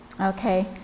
Okay